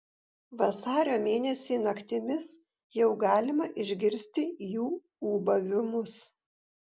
vasario mėnesį naktimis jau galima išgirsti jų ūbavimus